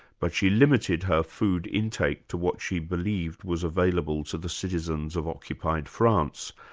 but she limited her food intake to what she believed was available to the citizens of occupied france,